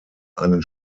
einen